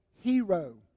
hero